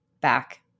back